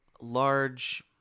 large